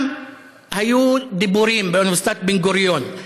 אלא על רקע?